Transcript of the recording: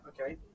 okay